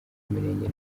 imirenge